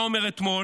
ומה הוא אומר אתמול?